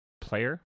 player